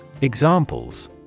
Examples